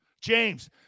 James